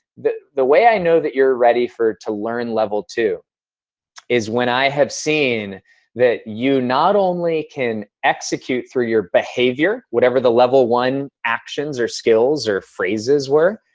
the the way i know that you're ready to learn level two is when i have seen that you not only can execute through your behavior whatever the level one action or skills or phrases were,